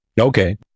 Okay